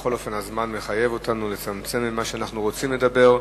בכל אופן הזמן מחייב אותנו לצמצם למה שאנחנו רוצים לדבר.